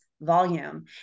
volume